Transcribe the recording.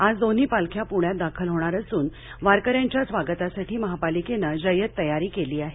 आज दोन्ही पालख्या प्ण्यात दाखल होणार असून वारक यांच्या स्वागतासाठी महापालिकेनं जय्यत तयारी केली आहे